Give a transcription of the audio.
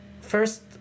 first